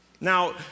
Now